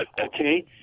Okay